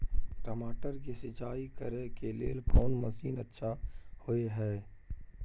टमाटर के सिंचाई करे के लेल कोन मसीन अच्छा होय है